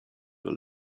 were